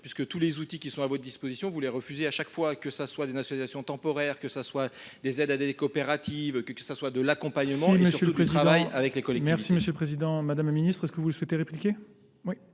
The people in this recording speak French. puisque tous les outils qui sont à votre disposition vous les refusez à chaque fois que ça soit des associations temporaires, que ça soit des aides à des coopératives, que ça soit de l'accompagnement et surtout du travail avec les collectivités. Merci Monsieur le Président, Monsieur le Président, Madame la Ministre. Est-ce que vous souhaitez répliquer ?